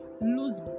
lose